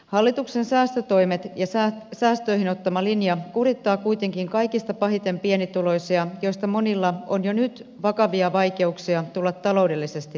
hallituksen säästötoimet ja säästöihin ottama linja kurittavat kuitenkin kaikista pahiten pienituloisia joista monilla on jo nyt vakavia vaikeuksia tulla taloudellisesti toimeen